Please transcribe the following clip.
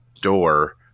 door